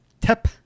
Tip